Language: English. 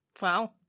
Wow